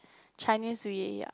Chinese ya